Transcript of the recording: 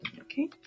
Okay